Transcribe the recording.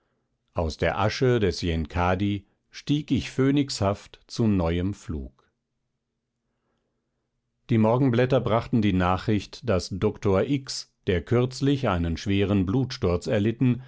aus der asche des yenkadi stieg ich phönixhaft zu neuem flug die morgenblätter brachten die nachricht daß der doktor x der kürzlich einen schweren blutsturz erlitten